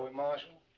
marshal?